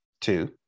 two